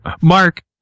Mark